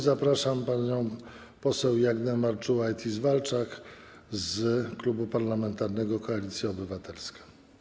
Zapraszam panią poseł Jagnę Marczułajtis-Walczak z Klubu Parlamentarnego Koalicja Obywatelska.